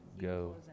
go